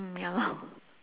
mm ya lor